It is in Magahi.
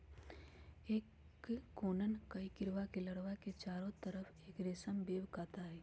एक कोकून कई कीडड़ा के लार्वा के चारो तरफ़ एक रेशम वेब काता हई